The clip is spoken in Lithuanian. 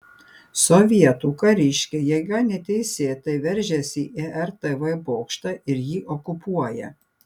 sovietų kariškiai jėga neteisėtai veržiasi į rtv bokštą ir jį okupuoja